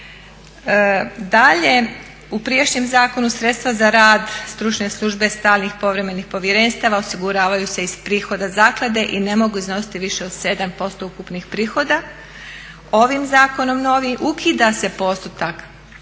Dalje, u prijašnjem zakonu sredstva za rad stručne službe stalnih i povremenih povjerenstava osiguravaju se iz prihoda zaklade i ne mogu iznositi više od 7% ukupnih prihoda. Ovim zakonom novim ukida se postotak